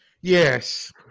Yes